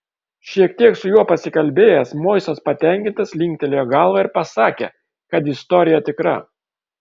šiek tiek su juo pasikalbėjęs moisas patenkintas linktelėjo galva ir pasakė kad istorija tikra